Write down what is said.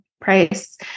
price